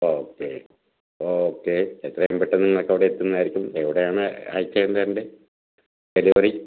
okay okay എത്രയും പെട്ടെന്ന് നിങ്ങൾക്ക് അവിടെ എത്തുന്നതായിരിക്കും എവിടെ ആണ് അയച്ച് തരേണ്ടത് ഡെലിവറി